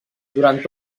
durant